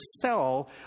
sell